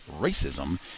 racism